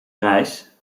reis